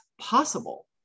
possible